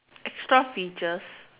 extra features